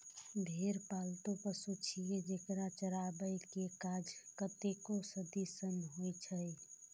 भेड़ पालतु पशु छियै, जेकरा चराबै के काज कतेको सदी सं होइ छै